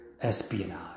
espionage